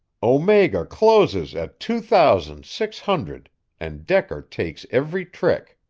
omega closes at two thousand six hundred and decker takes every trick.